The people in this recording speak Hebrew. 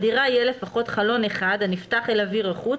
בדירה יהיה לפחות חלון אחד הנפתח אל אוויר החוץ